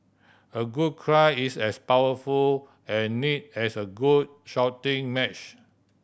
a good cry is as powerful and need as a good shouting match